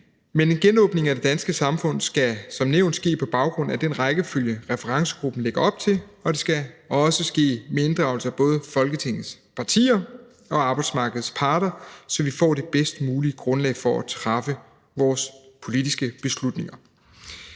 Men en genåbning af det danske samfund skal som nævnt ske på baggrund af den rækkefølge, referencegruppen lægger op til, og det skal også ske med inddragelse af både Folketingets partier og arbejdsmarkedets parter, så vi får det bedst mulige grundlag for at træffe vores politiske beslutninger.